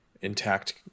intact